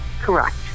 Correct